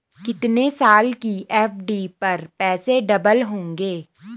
कितने साल की एफ.डी पर पैसे डबल होंगे?